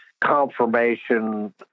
confirmation